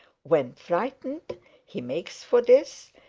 when frightened he makes for this,